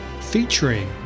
featuring